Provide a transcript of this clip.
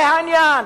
זה העניין.